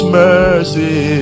mercy